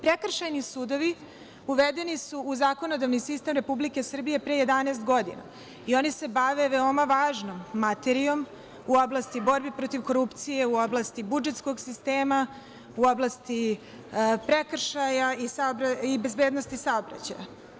Prekršajni sudovi uvedeni su u zakonodavni sistem Republike Srbije pre 11 godina i oni se bave veoma važnom materijom u oblasti borbe protiv korupcije, u oblasti budžetskog sistema, u oblasti prekršaja i bezbednosti saobraćaja.